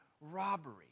robbery